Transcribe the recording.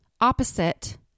opposite